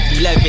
11